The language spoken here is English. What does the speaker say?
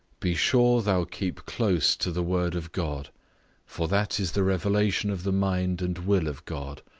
be sure thou keep close to the word of god for that is the revelation of the mind and will of god,